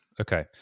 Okay